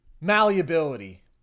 malleability